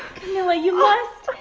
camilla you must,